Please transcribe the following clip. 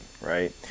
right